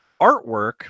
artwork